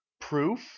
Proof